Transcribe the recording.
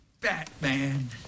Batman